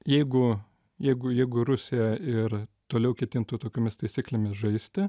jeigu jeigu jeigu rusija ir toliau ketintų tokiomis taisyklėmis žaisti